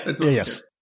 Yes